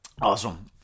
Awesome